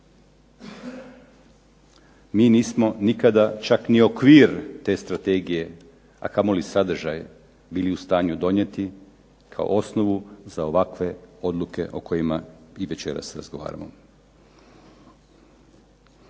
Mi nismo nikada čak ni okvir te strategije a kamoli sadržaj bili u stanju donijeti kao osnovu za ovakve odluke o kojima i večeras razgovaramo.